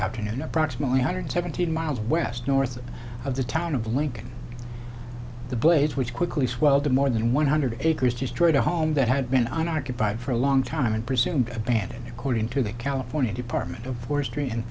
an approximately hundred seventeen miles west north of the town of lincoln the blaze which quickly swelled to more than one hundred acres destroyed a home that had been occupied for a long time and presumed abandoned according to the california department of forestry and